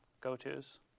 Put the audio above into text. go-tos